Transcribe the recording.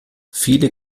viele